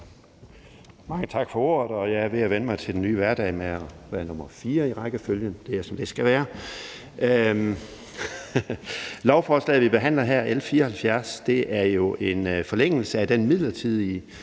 Mange tak for ordet. Jeg er ved at vænne mig til den nye hverdag med at være nr. 4 i rækkefølgen, så det er, som det skal være. Lovforslaget, vi behandler her, L 74, er jo en forlængelse af den midlertidige